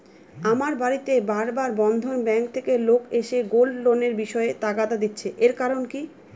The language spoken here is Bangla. আমার বাড়িতে বার বার বন্ধন ব্যাংক থেকে লোক এসে গোল্ড লোনের বিষয়ে তাগাদা দিচ্ছে এর কারণ কি?